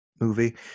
movie